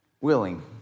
willing